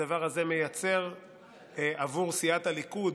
הדבר הזה מייצר עבור סיעת הליכוד,